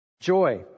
Joy